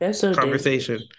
conversation